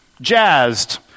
jazzed